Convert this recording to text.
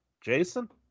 Jason